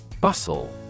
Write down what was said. Bustle